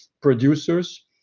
producers